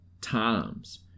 times